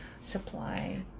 supply